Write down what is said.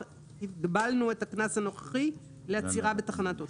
הגבלנו את הקנס הנוכחי לעצירה בתחנת אוטובוס.